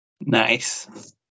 Nice